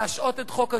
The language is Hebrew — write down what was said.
להשעות את חוק הג'ובים.